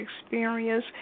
experience